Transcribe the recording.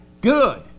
good